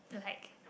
like